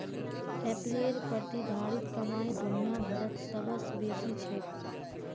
एप्पलेर प्रतिधारित कमाई दुनिया भरत सबस बेसी छेक